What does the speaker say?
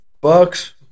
Bucks